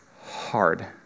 hard